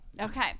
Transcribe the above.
Okay